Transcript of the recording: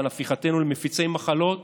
על הפיכתנו למפיצי מחלות